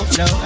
no